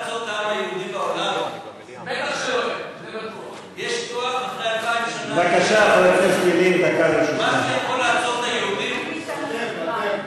מדינת פלסטין, ירצה מי שירצה וימאן מי שימאן.)